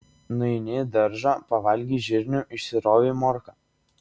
nueini į daržą pavalgei žirnių išsirovei morką